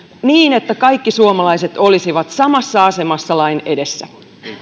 niin että kaikki suomalaiset olisivat samassa asemassa lain edessä